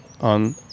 on